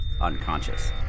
unconscious